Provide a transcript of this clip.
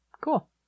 Cool